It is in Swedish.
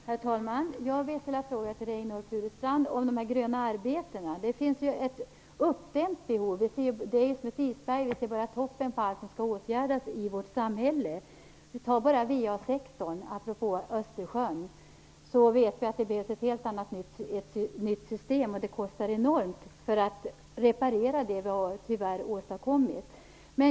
Herr talman! Jag vill ställa en fråga till Reynoldh Furustrand om de gröna arbetena. Det finns ett uppdämt behov av detta. Vi ser nu bara toppen av ett isberg med allt som skall åtgärdas i vårt samhälle. Ta bara VA-sektorn, apropå Östersjön, där vi vet att det behövs ett nytt system. Det kostar enormt mycket pengar att reparera det som vi tyvärr har åstadkommit.